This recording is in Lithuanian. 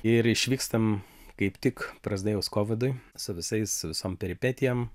ir išvykstam kaip tik prasidėjus kovidui su visais visom peripetijom